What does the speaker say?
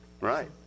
Right